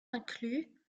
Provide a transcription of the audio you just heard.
inclus